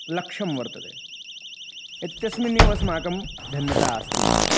लक्ष्यं वर्तते इत्यस्मिन्नेव अस्माकं धन्यता अस्ति इति